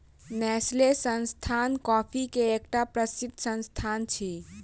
Nestle संस्थान coffee के एकटा प्रसिद्ध संस्थान अछि